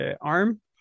arm